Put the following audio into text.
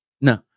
No